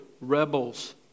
rebels